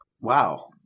Wow